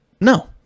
no